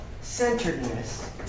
centeredness